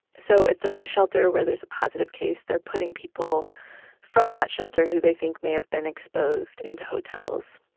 so, if there's a shelter where there's a positive case, they're putting people from that shelter who they think may have been exposed into hotels.